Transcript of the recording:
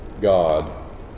God